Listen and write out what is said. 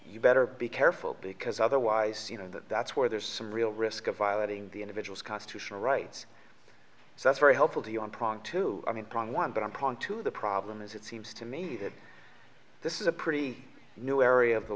you better be careful because otherwise you know that that's where there's some real risk of violating the individual's constitutional rights so that's very helpful to you on prong two i mean prong one but i'm calling to the problem is it seems to me that this is a pretty new area of the